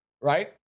right